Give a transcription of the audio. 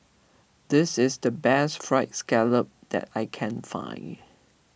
this is the best Fried Scallop that I can find